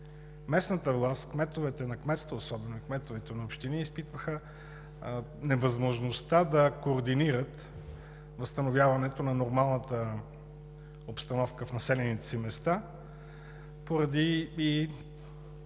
Местната власт, особено кметовете на кметства и кметовете на общини изпитваха невъзможността да координират възстановяването на нормалната обстановка в населените си места поради